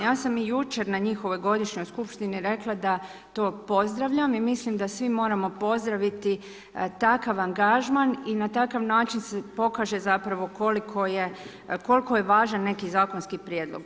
Ja sam i jučer na njihovoj godišnjoj skupštini rekla da to pozdravljam i mislim da svi moramo pozdraviti takav angažman i na takav način se pokaže zapravo koliko je važan neki zakonski prijedlog.